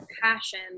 passion